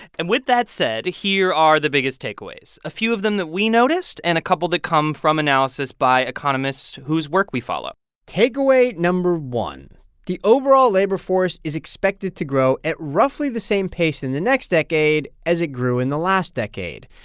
and with that said, here are the biggest takeaways a few of them that we noticed and a couple that come from analysis by economists whose work we follow takeaway no. one the overall labor force is expected to grow at roughly the same pace in the next decade as it grew in the last decade.